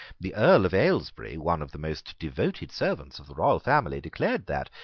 the earl of ailesbury, one of the most devoted servants of the royal family, declared that,